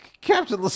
Captain